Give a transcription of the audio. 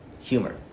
humor